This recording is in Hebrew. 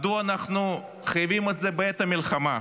מדוע אנחנו חייבים את זה בעת המלחמה?